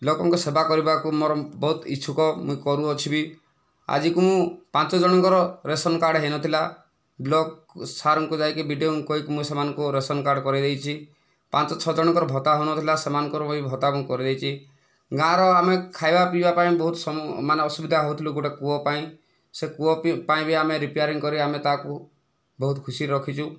ଲୋକଙ୍କ ସେବା କରିବାକୁ ମୋର ବହୁତ ଇଚ୍ଛୁକ ମୁଇଁ କରୁଅଛି ବି ଆଜିକୁ ମୁଁ ପାଞ୍ଚଜଣଙ୍କର ରାସନ କାର୍ଡ଼ ହୋଇନଥିଲା ବ୍ଲକ ସାର୍ଙ୍କୁ ଯାଇକି ବିଡିଓଙ୍କୁ କହିକି ମୁଁ ସେମାନଙ୍କୁ ରାସନ କାର୍ଡ଼ କରାଇଦେଇଛି ପାଞ୍ଚ ଛଅଜଣଙ୍କର ଭତ୍ତା ହେଉନଥିଲା ସେମାନଙ୍କର ବି ଭତ୍ତା ମୁଁ କରିଦେଇଚି ଗାଁର ଆମେ ଖାଇବା ପିଇବାପାଇଁ ବହୁତ ସମୟ ମାନେ ଅସୁବିଧା ହେଉଥୁଲୁ ଗୋଟିଏ କୂଅ ପାଇଁ ସେ କୂଅ ପାଇଁ ବି ଆମେ ରିପେୟାରିଙ୍ଗ କରି ଆମେ ତାହାକୁ ବହୁତ ଖୁସିରେ ରଖିଚୁ